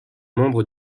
membre